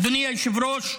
אדוני היושב-ראש,